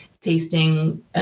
tasting